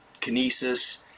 kinesis